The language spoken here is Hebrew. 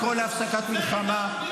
אפשר לקרוא להפסקת המלחמה,